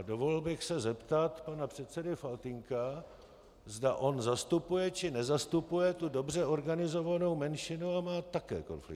Dovolil bych se zeptat pana předsedy Faltýnka, zda on zastupuje, či nezastupuje dobře organizovanou menšinu a má také konflikt zájmu.